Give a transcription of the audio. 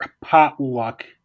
potluck